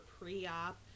pre-op